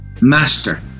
Master